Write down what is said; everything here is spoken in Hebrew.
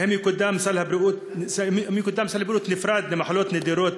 2. האם יקודם סל בריאות נפרד למחלות נדירות,